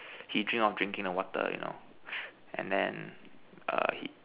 he dream of drinking a water you know and then err he